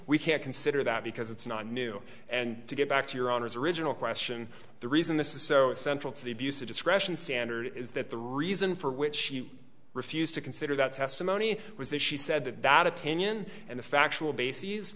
we can't consider that because it's not new and to get back to your honor's original question the reason this is so central to the abuse of discretion standard is that the reason for which she refused to consider that testimony was that she said that that opinion and the factual bases